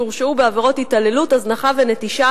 שהורשעו בעבירות התעללות והזנחה ונטישה